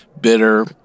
bitter